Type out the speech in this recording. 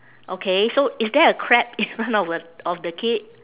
okay so is there a crab in front of a of the kid